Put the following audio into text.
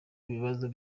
ikibazo